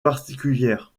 particulière